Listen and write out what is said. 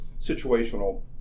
situational